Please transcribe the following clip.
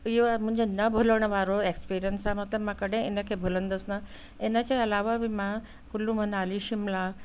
इहो आहे मुंहिंजो न भुलणु वारो एक्सपीरियंस आहे मतिलब मां कॾहिं इन खे भुलंदसि न हिन जे अलावा बि मां कुल्लू मनाली शिमला